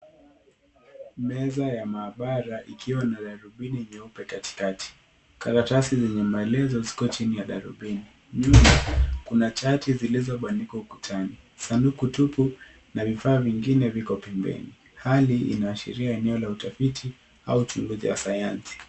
Meza ya maabara ikiwa na darubini nyeupe katikati. Karatasi zenye maelezo ziko chini ya darubini. Juu kuna chati zilizobandikwa ukutani. Sanduku tupu na vifaa vingine viko pembeni. Hali inaashiria eneo la utafiti au chuo la sayansi.